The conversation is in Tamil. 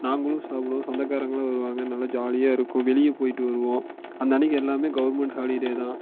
நாங்களும் சாப்பிடுவோம் சொந்தக்காரங்களும் வருவாங்க நல்லா ஜாலியாக இருக்கும் வெளியே போய்விட்டு வருவோம் அந்த அன்னிக்கு எல்லாமே கவர்ன்மெண்ட் ஹாலிடே தான்